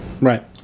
Right